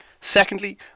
Secondly